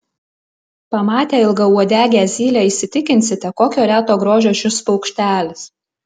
pamatę ilgauodegę zylę įsitikinsite kokio reto grožio šis paukštelis